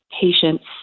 patients